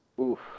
Oof